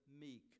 meek